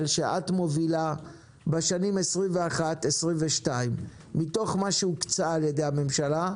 שאת מובילה בשנים 2021-2022 מתוך מה שהוקצה על ידי הממשלה,